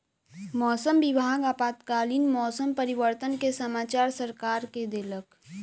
मौसम विभाग आपातकालीन मौसम परिवर्तन के समाचार सरकार के देलक